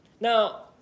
Now